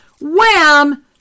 wham